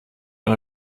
ein